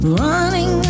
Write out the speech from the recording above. running